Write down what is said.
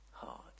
Heart